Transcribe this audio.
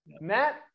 Matt